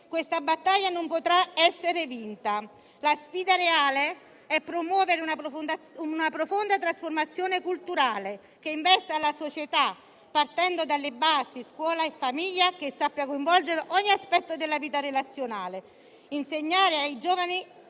questa battaglia non potrà essere vinta. La sfida reale è promuovere una profonda trasformazione culturale che investa la società partendo dalle basi (scuola e famiglia) e che sappia coinvolgere ogni aspetto della vita relazionale. Insegnare alle giovani